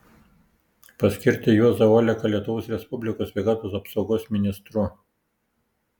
paskirti juozą oleką lietuvos respublikos sveikatos apsaugos ministru